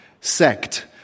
sect